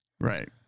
Right